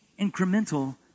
incremental